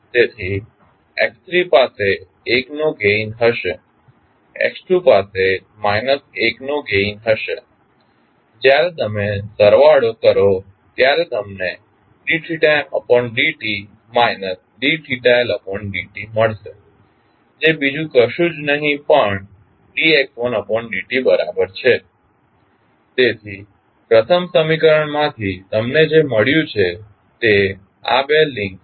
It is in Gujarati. તેથી x3 પાસે 1 નો ગેઇન હશે x2 પાસે માઇનસ 1 નો ગેઇન હશે જ્યારે તમે સરવાળો કરો ત્યારે તમને d md t d Ld t મળશે જે બીજું કશું જ નહી પણ d x1d t બરાબર છે તેથી પ્રથમ સમીકરણ માંથી તમને જે મળ્યું તે આ બે લિંક્સ છે